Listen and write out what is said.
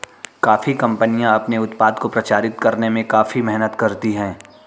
coffee कंपनियां अपने उत्पाद को प्रचारित करने में काफी मेहनत करती हैं